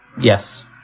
Yes